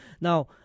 Now